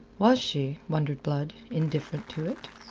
was she, wondered blood, indifferent to it?